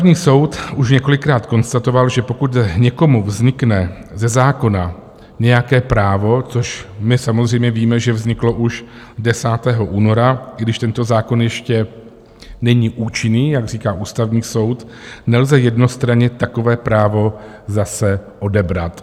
Ústavní soud už několikrát konstatoval, že pokud někomu vznikne ze zákona nějaké právo, což my samozřejmě víme, že vzniklo už 10. února, i když tento zákon ještě není účinný, jak říká Ústavní soud, nelze jednostranně takové právo zase odebrat.